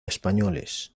españoles